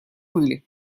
пыли